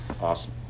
Awesome